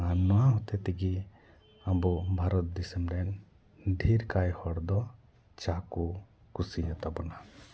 ᱟᱨ ᱱᱚᱣᱟ ᱦᱚᱛᱮ ᱛᱮᱜᱤ ᱟᱵᱚ ᱵᱷᱟᱨᱚᱛ ᱫᱤᱥᱚᱢ ᱨᱮ ᱰᱷᱤᱨᱠᱟᱭ ᱦᱚᱲ ᱫᱚ ᱪᱟ ᱠᱚ ᱠᱩᱥᱤᱭᱟᱛᱟ ᱵᱚᱱᱟ